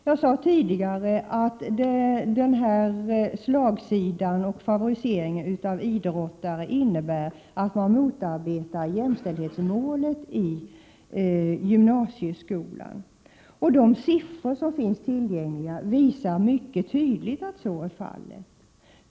Jag sade tidigare att den här slagsidan med en favorisering av idrottare innebär att man motarbetar jämställdhetsmålet i gymnasieskolan. De siffror som finns tillgängliga visar mycket tydligt att så är fallet.